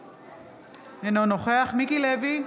אינו נוכח מיקי לוי,